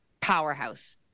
powerhouse